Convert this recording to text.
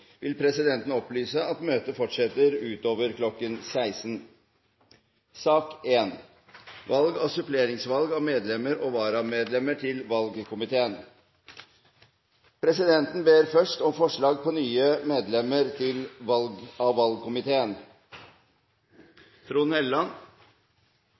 vil presidenten opplyse om at møtet fortsetter utover kl. 16. Presidenten ber først om forslag på nye medlemmer av